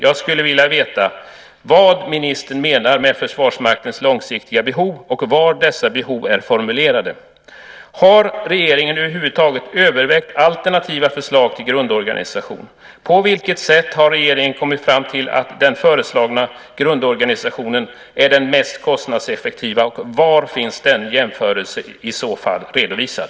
Jag skulle vilja veta vad ministern menar med Försvarsmaktens långsiktiga behov och var dessa behov är formulerade. Har regeringen över huvud taget övervägt alternativa förslag till grundorganisation? På vilket sätt har regeringen kommit fram till att den föreslagna grundorganisationen är den mest kostnadseffektiva, och var finns den jämförelsen i så fall redovisad?